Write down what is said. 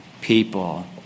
people